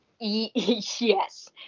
Yes